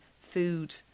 food